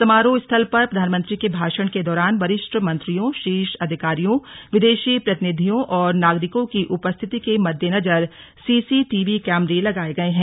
समारोह स्थल पर प्रधानमंत्री के भाषण के दौरान वरिष्ठ मंत्रियों शीर्ष अधिकारियों विदेशी प्रतिनिधियों और नागरिकों की उपस्थिति के मद्देनजर सी सी टी वी कैमरे लगाये गये हैं